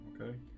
Okay